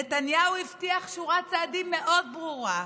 נתניהו הבטיח שורת צעדים מאוד ברורה.